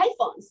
iphones